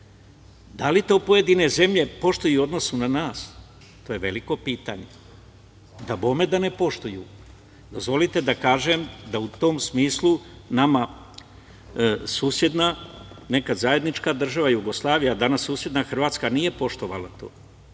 Da li to pojedine zemlje poštuju i u odnosu na nas, to je veliko pitanje. Dabome da ne poštuju. Dozvolite da kažem da u tom smislu nama susedna, nekada zajednička država Jugoslavija, a danas susedna Hrvatska nije poštovala to.